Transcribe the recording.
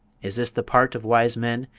is this the part of wise men,